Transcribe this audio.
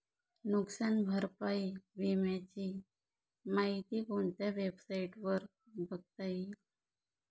नुकसान भरपाई विम्याची माहिती कोणत्या वेबसाईटवर बघता येईल?